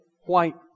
white